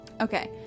okay